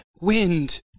wind